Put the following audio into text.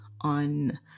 on